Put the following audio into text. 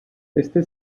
este